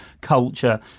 culture